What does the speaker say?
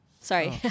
Sorry